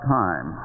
time